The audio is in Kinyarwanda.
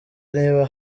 niba